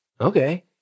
Okay